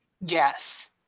Yes